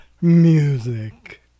Music